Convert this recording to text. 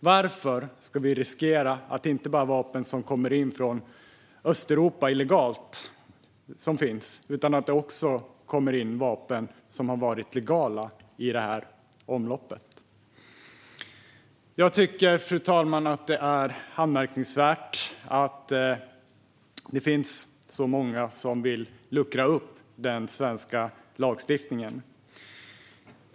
Varför ska vi riskera att vapen inte bara kommer in från Östeuropa illegalt, utan att det också kommer in vapen som har varit legala i omloppet? Fru talman! Jag tycker att det är anmärkningsvärt att det finns så många som vill luckra upp den svenska lagstiftningen.